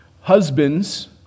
Husbands